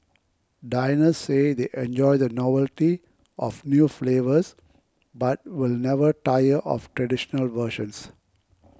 diners say they enjoy the novelty of new flavours but will never tire of traditional versions